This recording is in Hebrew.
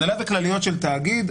הנהלה וכלליות של תאגיד,